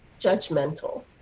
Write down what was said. judgmental